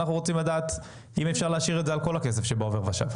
אנחנו רוצים לדעת אם אפשר להשאיר את זה על כל הכסף שבעובר ושב?